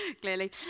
clearly